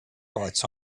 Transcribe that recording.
bites